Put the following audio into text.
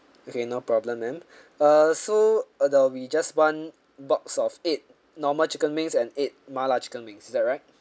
okay no problem ma'am uh so that will be just one box of eight normal chicken wings and eight mala chicken wings is that right